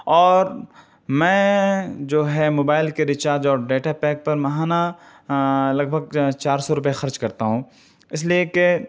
اور میں جو ہے موبائل کے ریچارج اور ڈیٹا پیک پر ماہانہ لگ بھگ چار سو روپے خرچ کرتا ہوں اس لئے کہ